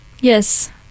Yes